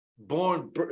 born